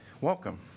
Welcome